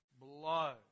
blow